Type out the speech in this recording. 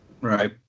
right